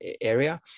area